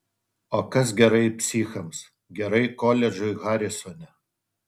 o kas gerai psichams gerai koledžui harisone